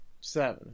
Seven